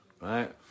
right